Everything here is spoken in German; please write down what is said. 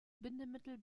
bindemittel